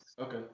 Okay